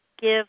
give